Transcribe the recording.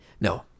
No